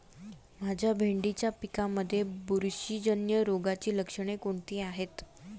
माझ्या भेंडीच्या पिकामध्ये बुरशीजन्य रोगाची लक्षणे कोणती आहेत?